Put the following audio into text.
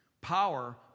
Power